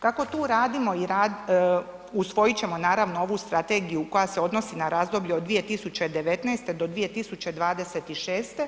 Kako tu radimo, usvojit ćemo, naravno, ovu strategiju koja se odnosi na razdoblje od 2019.- 2026.